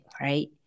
right